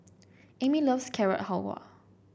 Amie loves Carrot Halwa